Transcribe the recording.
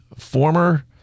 Former